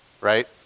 Right